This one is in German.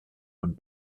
von